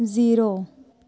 zero